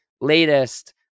latest